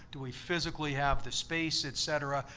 do we physically have the space, et cetera?